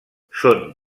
són